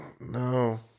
No